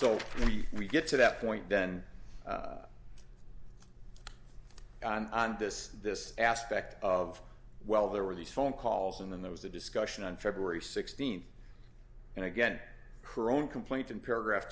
so we get to that point then and this this aspect of well there were these phone calls and then there was a discussion on february sixteenth and again her own complaint in paragraph